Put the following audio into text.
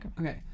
Okay